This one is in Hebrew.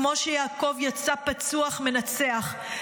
כמו שיעקב יצא פצוע אך מנצח,